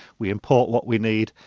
we import what we need.